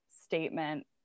statement